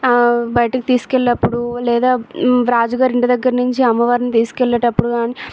ఆ బయటికి తీసుకు వెళ్ళేటప్పుడు లేదా రాజుగారు ఇంటి దగ్గర నుంచి అమ్మవారిని తీసుకు వెళ్ళేటప్పుడు కానీ